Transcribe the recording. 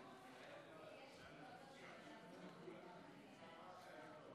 לפיכך אני קובע שהצעת חוק חדלות פירעון ושיקום כלכלי (תיקון מס' 5)